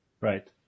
Right